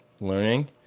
learning